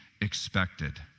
expected